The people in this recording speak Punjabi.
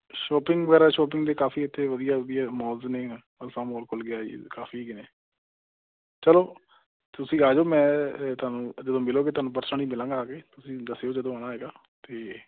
ਸ਼ੋਪਿੰਗ ਵਗੈਰਾ ਸ਼ੋਪਿੰਗ ਵੀ ਕਾਫ਼ੀ ਇੱਥੇ ਵਧੀਆ ਵਧੀਆ ਮੋਲਜ਼ ਨੇ ਅਲਫ਼ਾ ਮੋਲ ਖੁੱਲ੍ਹ ਗਿਆ ਜੀ ਕਾਫ਼ੀ ਨੇ ਚਲੋ ਤੁਸੀਂ ਆ ਜਾਓ ਮੈਂ ਤੁਹਾਨੂੰ ਜਦੋਂ ਮਿਲੋਗੇ ਤੁਹਾਨੂੰ ਪਰਸਨਲੀ ਮਿਲਾਂਗਾ ਆ ਕੇ ਤੁਸੀਂ ਦੱਸਿਓ ਜਦੋਂ ਆਉਣਾ ਹੋਏਗਾ ਅਤੇ